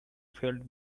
felt